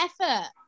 effort